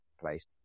place